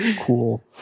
cool